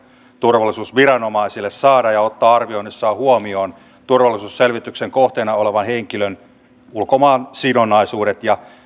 turvallisuusviranomaisille ottaa arvioinnissaan huomioon turvallisuusselvityksen kohteena olevan henkilön ulkomaan sidonnaisuudet ja